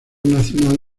nacional